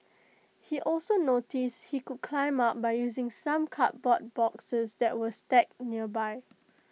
he also noticed he could climb up by using some cardboard boxes that were stacked nearby